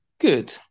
Good